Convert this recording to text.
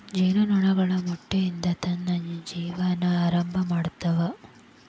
ಜೇನು ನೊಣಗಳು ಮೊಟ್ಟೆಯಿಂದ ತಮ್ಮ ಜೇವನಾ ಆರಂಭಾ ಮಾಡ್ತಾವ